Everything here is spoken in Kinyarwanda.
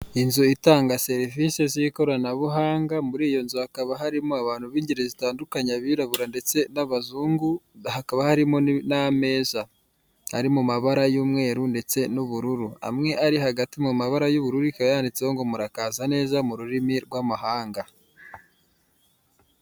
Inzu itanga serivisi z'ikoranabuhanga, muri iyo nzu hakaba harimo abantu b'ingeri zitandukanye, abirabura ndetse n'abazungu, hakaba harimo n'ameza ari mu mabara y'umweru ndetse n'ubururu, amwe ari hagati mu mabara y'ubururu, ikaba yanditseho ngo murakaza neza mu rurimi rw'amahanga.